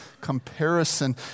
comparison